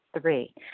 Three